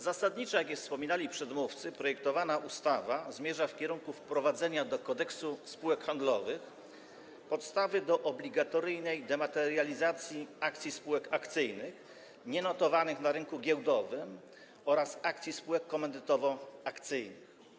Zasadniczo, jak już wspominali przedmówcy, projektowana ustawa zmierza w kierunku wprowadzenia do Kodeksu spółek handlowych podstawy do obligatoryjnej dematerializacji akcji spółek akcyjnych nienotowanych na rynku giełdowym oraz akcji spółek komandytowo-akcyjnych.